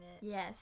Yes